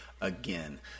again